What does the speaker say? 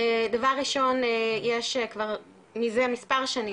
דבר ראשון יש כבר מזה מספר שנים,